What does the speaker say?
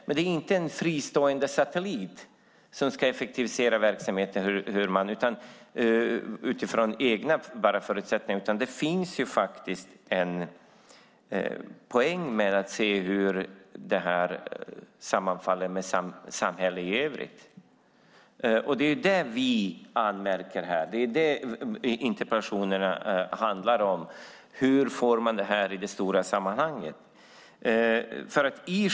Den är inte en fristående satellit som ska effektivisera verksamheten bara utifrån egna förutsättningar, utan det finns faktiskt en poäng med hur man samverkar med samhället i övrigt. Det är det vi anmärker på här. Det är det interpellationerna handlar om. Hur får man in detta i det stora sammanhanget?